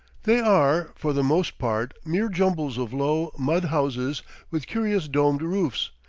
they are, for the most part, mere jumbles of low, mud houses with curious domed roofs,